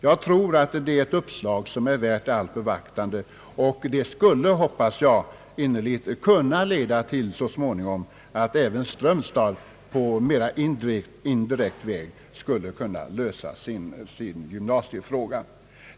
Jag tror att uppslaget är värt allt beaktande och hoppas innerligt att det så småningom skall leda till att även Strömstad på mer indirekt väg skulle kunna få sin gymnasiefråga löst.